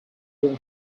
will